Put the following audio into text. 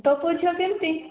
ତୋ ପୁଅ ଝିଅ କେମିତି